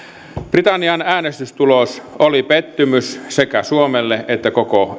britannian äänestystulos oli pettymys sekä suomelle että koko